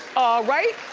alright.